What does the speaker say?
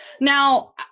Now